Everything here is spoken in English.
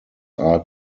are